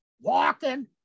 walking